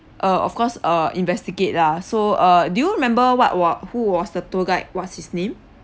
uh of course uh investigate lah so uh do you remember what wa~ who was the tour guide what's his name